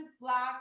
black